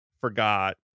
forgot